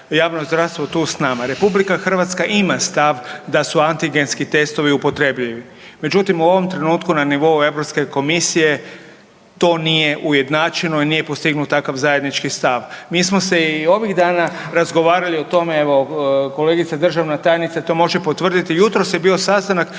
nama. RH ima stav da su antigenski testovi upotrebljivi. Međutim, u ovom trenutku na nivou Europske komisije to nije ujednačeno i nije postignut takav zajednički stav. Mi smo se i ovih dana razgovarali o tome, evo kolegica državna tajnica to može potvrditi, jutros je bio sastanak